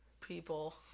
people